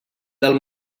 del